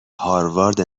هاروارد